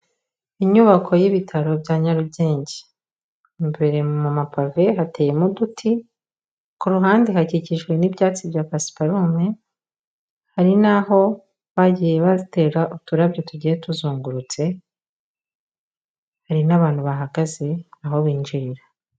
Inyubako y'ibitaro bya Nyarugenge, imbere mu mapave hateyemo uduti ku ruhande hakikijwe n'ibyatsi bya pasiparume hari n'aho bagiye batera uturabyo tugiye tuzungurutse hari n'abantu bahagaze aho binjirira.